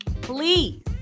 Please